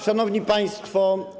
Szanowni Państwo!